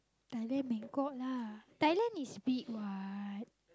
Thailand Bangkok lah Thailand is big what